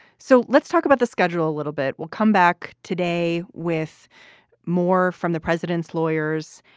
so let's talk about the schedule a little bit. we'll come back today with more from the president's lawyers.